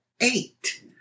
eight